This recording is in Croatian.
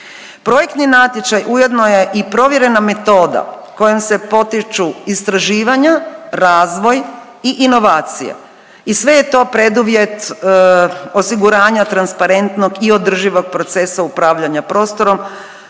Projektni natječaj ujedno je i provjerena metoda kojom se potiču istraživanja, razvoj i inovacije i sve je to preduvjet osiguranja transparentnog i održivog procesa upravljanja prostorom